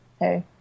hey